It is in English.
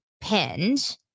pinned